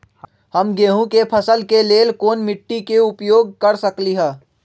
हम गेंहू के फसल के लेल कोन मिट्टी के उपयोग कर सकली ह?